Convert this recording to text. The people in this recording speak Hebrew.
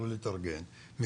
התחיל להתארגן מכלום,